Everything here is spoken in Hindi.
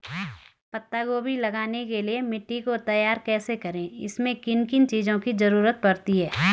पत्ता गोभी लगाने के लिए मिट्टी को तैयार कैसे करें इसमें किन किन चीज़ों की जरूरत पड़ती है?